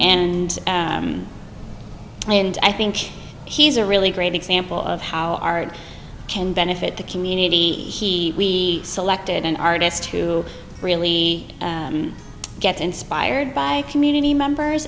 and i think he's a really great example of how art can benefit the community he selected an artist to really get inspired by community members